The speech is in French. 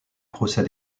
procès